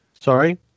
Sorry